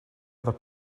other